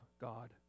God